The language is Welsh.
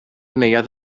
neuadd